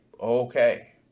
okay